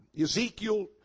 Ezekiel